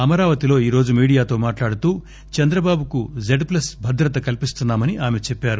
అమరావతి లో ఈ రోజు మీడియాతో మాట్లాడుతూ చంద్రబాబుకు జెడ్ ప్లస్ భద్రత కల్పిస్తున్నా మని ఆమె చెప్పారు